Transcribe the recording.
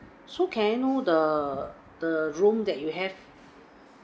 so can I know the the room that you have